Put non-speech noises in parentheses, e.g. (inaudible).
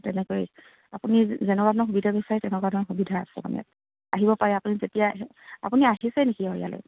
তেনেকৈ আপুনি যেনেকুৱা ধৰণৰ সুবিধা বিচাৰে তেনেকুৱা ধৰণৰ সুবিধা আছে মানে আহিব পাৰে আপুনি যেতিয়া আপুনি আহিছে নেকি (unintelligible) ইয়ালৈ